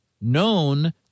known